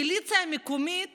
מיליציה מקומית